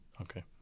Okay